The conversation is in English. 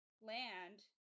land